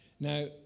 Now